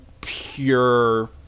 pure